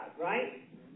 right